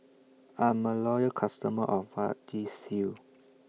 I'm A Loyal customer of Vagisil